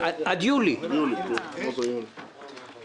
אתם יכולים לעשות מה שאתם רוצים.